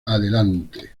adelante